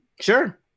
Sure